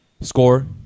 score